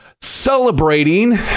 Celebrating